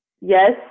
yes